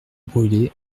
brûlé